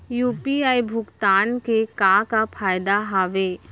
UPI भुगतान के का का फायदा हावे?